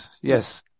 Yes